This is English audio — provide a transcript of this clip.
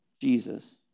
Jesus